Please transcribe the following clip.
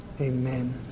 amen